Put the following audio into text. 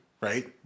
right